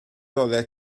oeddet